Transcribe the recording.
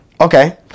Okay